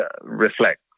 reflect